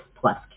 plus